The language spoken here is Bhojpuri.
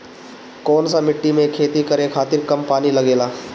कौन सा मिट्टी में खेती करे खातिर कम पानी लागेला?